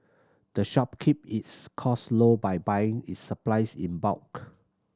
the shop keep its cost low by buying its supplies in bulk